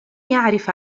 يعرف